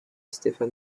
stefan